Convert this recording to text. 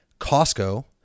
Costco